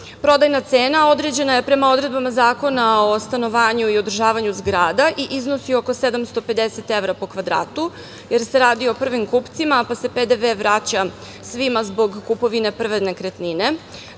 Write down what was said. Prodajna cena određena je prema odredbama Zakona o stanovanju i održavanju zgrada i iznosi oko 750 evra po kvadratu, jer se radi o prvim kupcima, pa se PDV vraća svima zbog kupovine prve nekretnine.